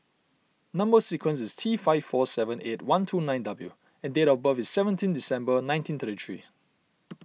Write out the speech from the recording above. Number Sequence is T five four seven eight one two nine W and date of birth is seventeen December nineteen thirty three